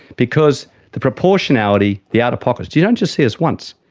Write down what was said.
because the proportionality, the out-of-pocket, you don't just see us once,